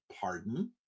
Pardon